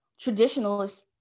traditionalist